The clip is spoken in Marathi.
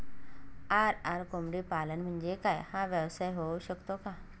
आर.आर कोंबडीपालन म्हणजे काय? हा व्यवसाय होऊ शकतो का?